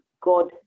god